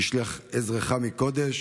ישלח עזרך מקדש